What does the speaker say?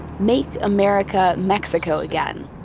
make america mexico again,